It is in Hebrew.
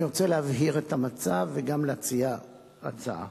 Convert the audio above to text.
אני רוצה להבהיר את המצב וגם להציע הצעה.